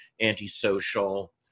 antisocial